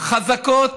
חזקות,